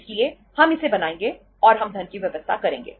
इसलिए हम इसे बनाएंगे और हम धन की व्यवस्था करेंगे